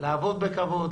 לעבוד בכבוד,